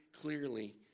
clearly